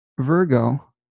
Virgo